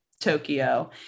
Tokyo